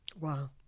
Wow